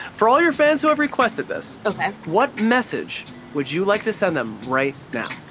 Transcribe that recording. for all your fans who have requested this what message would you like to send them right now?